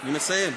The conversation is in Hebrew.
אני מסיים.